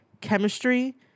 chemistry